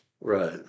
Right